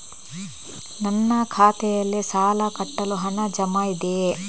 ನನ್ನ ಖಾತೆಯಲ್ಲಿ ಸಾಲ ಕಟ್ಟಲು ಹಣ ಜಮಾ ಇದೆಯೇ?